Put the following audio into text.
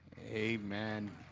a man